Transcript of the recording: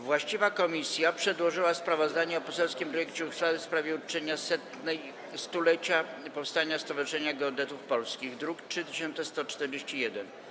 Właściwa komisja przedłożyła sprawozdanie o poselskim projekcie uchwały w sprawie uczczenia 100-lecia powstania Stowarzyszenia Geodetów Polskich, druk nr 3141.